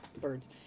birds